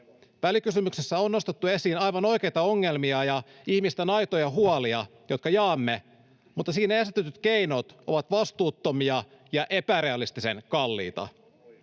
Välikysymyksessä on nostettu esiin aivan oikeita ongelmia ja ihmisten aitoja huolia, jotka jaamme, mutta siinä esitetyt keinot ovat vastuuttomia ja epärealistisen kalliita.